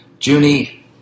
Junie